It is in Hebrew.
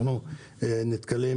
אנחנו נתקלים